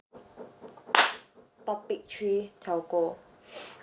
topic three telco